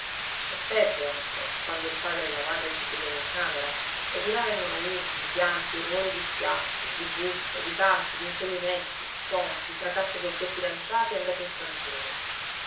e peggio anche quando il padre e la madre si chiudono in camera e di là vengono urti pianti rumori di schiaffi di busse di calci d'inseguimenti tonfi fracasso d'oggetti lanciati e andati in frantumi